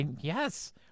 Yes